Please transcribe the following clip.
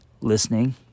listening